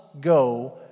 go